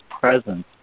presence